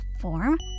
form